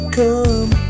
come